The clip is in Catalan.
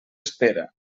espera